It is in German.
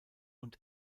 und